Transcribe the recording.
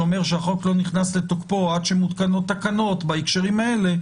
שאומר שהחוק לא נכנס לתוקפו עד שמותקנות תקנות בהקשרים האלה,